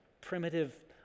primitive